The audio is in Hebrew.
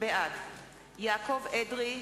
בעד יעקב אדרי,